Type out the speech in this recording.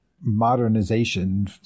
modernization